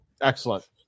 Excellent